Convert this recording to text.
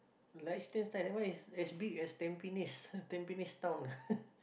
Liechtenstein that one is as big as Tampines Tampines town ah